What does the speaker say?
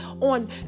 On